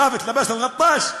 מוות לבאסל גטאס,